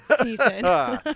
season